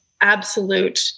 absolute